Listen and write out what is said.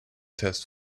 test